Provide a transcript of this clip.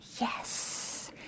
yes